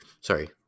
Sorry